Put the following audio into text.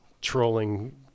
trolling